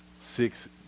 Six